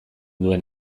duen